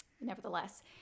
nevertheless